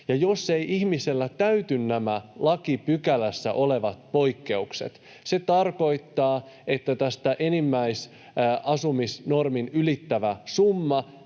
jos eivät ihmisellä täyty nämä lakipykälässä olevat poikkeukset, se tarkoittaa, että enimmäisasumisnormin ylittävä summa